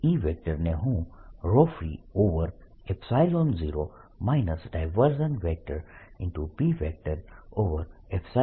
E ને હું free0